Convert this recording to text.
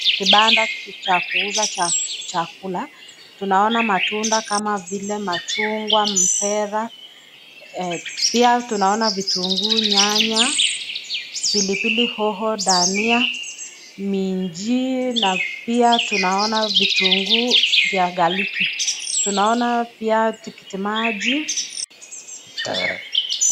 Kipanda cha kuuza chakula, tunaona matunda kama vile machungwa, mapera, pia tunaona vitungu, nyanya, pilipili hoho, dahania, minji na pia tunaona vitungu vya kaliki, tunaona pia tikitimaji .